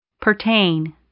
Pertain